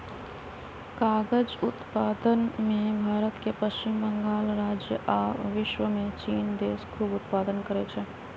कागज़ उत्पादन में भारत के पश्चिम बंगाल राज्य आ विश्वमें चिन देश खूब उत्पादन करै छै